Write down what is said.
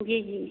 जी जी